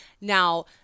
now